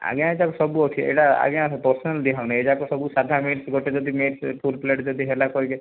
ଆଜ୍ଞା ଏଇଟା ସବୁ ଅଛି ଏଇଟା ଆଜ୍ଞା ପସନ୍ଦ ଦିଆ ହେଉନି ଏଗୁଡାକ ସବୁ ସାଧା ମିଲ୍ସ ଗୋଟେ ଯଦି ମିଲ୍ସ ଫୁଲ ପ୍ଳେଟ ଯଦି ହେଲା କହିବେ